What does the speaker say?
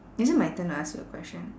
is it my turn to ask you a question